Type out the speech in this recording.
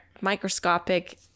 microscopic